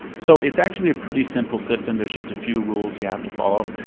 so it's actually a pretty simple system. there's just a few rules you have to follow.